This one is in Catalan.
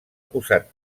posat